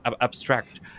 abstract